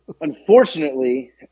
unfortunately